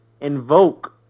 invoke